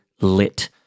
lit